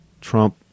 Trump